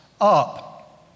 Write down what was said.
up